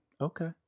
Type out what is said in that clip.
Okay